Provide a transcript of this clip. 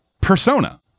Persona